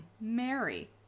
Mary